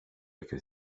åker